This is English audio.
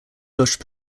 bush